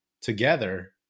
together